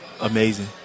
Amazing